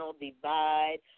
divide